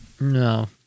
No